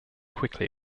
quickly